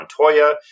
Montoya